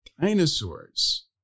dinosaurs